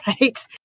right